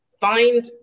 find